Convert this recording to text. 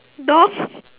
dog